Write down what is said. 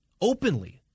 openly